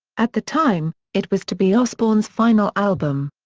at the time, it was to be osbourne's final album.